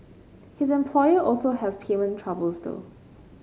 his employer also has payment troubles though